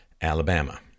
Alabama